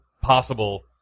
possible